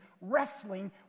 wrestling